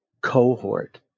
cohort